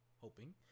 hoping